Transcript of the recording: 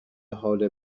حال